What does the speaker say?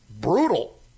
brutal